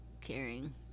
caring